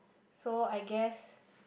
so I guess